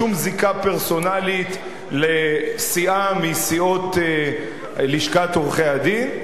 שום זיקה פרסונלית לסיעה מסיעות לשכת עורכי-הדין.